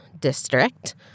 District